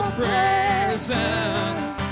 presence